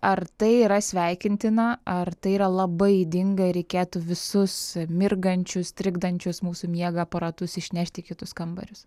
ar tai yra sveikintina ar tai yra labai ydinga reikėtų visus mirgančius trikdančius mūsų miegą aparatus išnešti į kitus kambarius